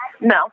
No